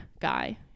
guy